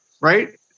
Right